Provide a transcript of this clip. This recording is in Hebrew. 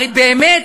הרי באמת,